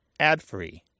adfree